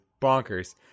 bonkers